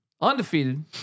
Undefeated